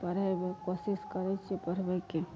पढ़ै कोशिश करै छियै पढ़बैके